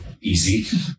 easy